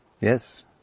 Yes